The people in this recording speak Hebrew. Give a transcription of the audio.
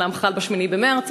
הוא אומנם חל ב-8 במרס,